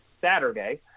Saturday